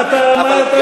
מה אתה, אבל גם.